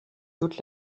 toute